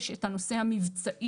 יש את הנושא המבצעי.